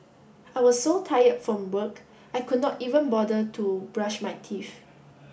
I was so tired from work I could not even bother to brush my teeth